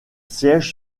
siège